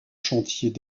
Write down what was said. chantiers